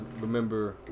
remember